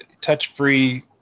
touch-free